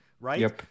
right